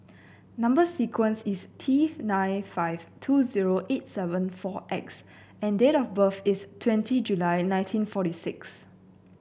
number sequence is T nine five two zero eight seven four X and date of birth is twenty July nineteen forty six